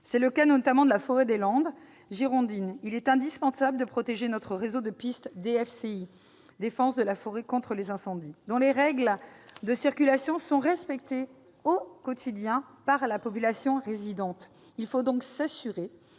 à l'instar de la forêt des Landes girondines. Il est indispensable de protéger notre réseau de pistes DFCI- défense des forêts contre l'incendie -, dont les règles de circulation sont respectées au quotidien par la population résidente. Il faut donc nous assurer